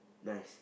nice